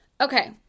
Okay